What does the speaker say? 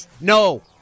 No